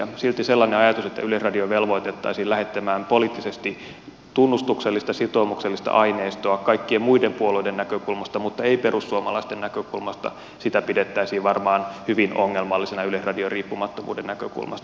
silti sellaista ajatusta että yleisradio velvoitettaisiin lähettämään poliittisesti tunnustuksellista sitoumuksellista aineistoa kaikkien muiden puolueiden näkökulmasta mutta ei perus suomalaisten näkökulmasta pidettäisiin varmaan hyvin ongelmallisena yleisradion riippumattomuuden näkökulmasta